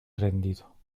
rendido